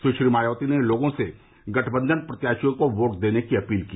सुश्री मायावती ने लोगों से गठबंधन प्रत्याशियों को वोट देने की अपील की